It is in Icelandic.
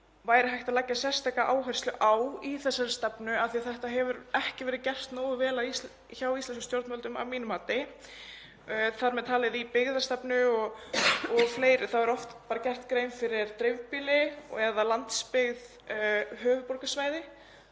væri hægt að leggja sérstaka áherslu á í þessari stefnu. Þetta hefur ekki verið gert nógu vel hjá íslenskum stjórnvöldum að mínu mati, þar með talið í byggðastefnu og fleira. Það er oft gerð grein fyrir dreifbýli eða landsbyggð/höfuðborgarsvæði